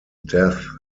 death